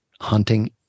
hunting